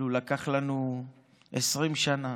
לקח לנו 20 שנה